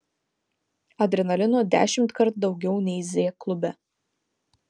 adrenalino dešimtkart daugiau nei z klube